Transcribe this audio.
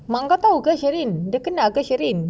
mak kau tahu ke sheryn dia kenal ke sheryn